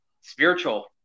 Spiritual